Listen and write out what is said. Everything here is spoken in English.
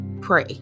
pray